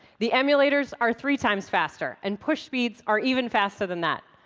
the emulators are three times faster and push speeds are even faster than that.